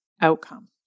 outcome